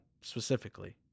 specifically